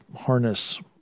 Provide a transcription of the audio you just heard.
harness